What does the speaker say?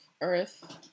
Earth